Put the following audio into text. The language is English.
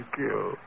kill